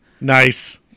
Nice